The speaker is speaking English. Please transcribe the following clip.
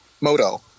moto